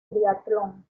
triatlón